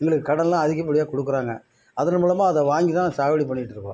எங்களுக்கு கடன்லாம் அதிகப்படியாக கொடுக்குறாங்க அதன் மூலமாக அதை வாங்கித்தான் சாகுபடி பண்ணிட்டுருக்கோம்